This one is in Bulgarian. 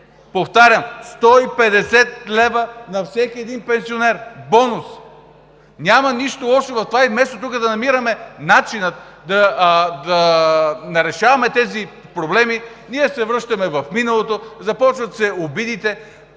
Повтарям, 150 лв. на всеки един пенсионер – бонус! Няма нищо лошо в това. И вместо тук да намираме начина, да решаваме тези проблеми, ние се връщаме в миналото, започват се обидите.